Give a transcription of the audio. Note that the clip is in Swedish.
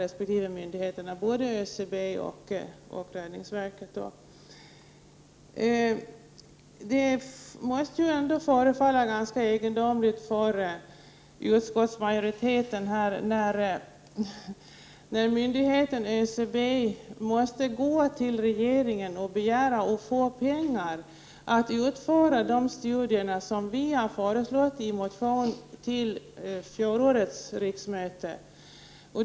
Det gäller både ÖCB och SRV. Det måste ändå förefalla utskottsmajoriteten egendomligt att myndigheten ÖCB måste gå till regeringen och begära att få pengar för att utföra de studier som vi föreslog i en motion till fjolårets riksmöte.